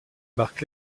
marque